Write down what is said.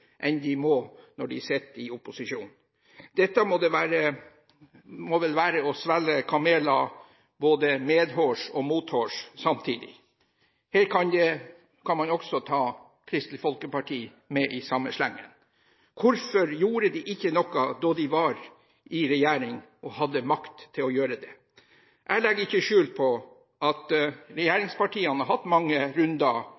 enn de må når de sitter i opposisjon? Dette må vel være som å svelge kameler både medhårs og mothårs samtidig. Her kan man også ta Kristelig Folkeparti med i samme slengen. Hvorfor gjorde de ikke noe når de var i regjering og hadde makt til å gjøre det? Jeg legger ikke skjul på at